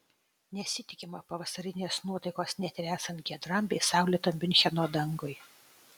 nesitikima pavasarinės nuotaikos net ir esant giedram bei saulėtam miuncheno dangui